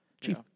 Chief